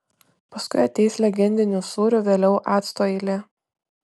paskui ateis legendinių sūrių vėliau acto eilė